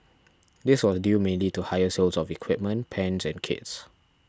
this was due mainly to higher sales of equipment pans and kits